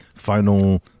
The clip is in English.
final